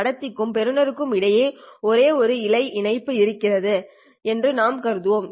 கடத்திக்கும் பெறுபவருக்கு இடையில் ஒரே ஒரு இழை இணைப்பு இருக்கிறது என்று நாம் கருதுவோம்